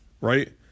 right